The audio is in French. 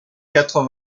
quatre